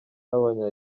n’abanya